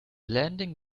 landing